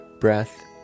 breath